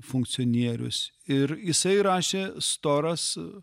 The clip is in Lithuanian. funkcionierius ir jisai rašė storas